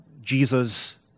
Jesus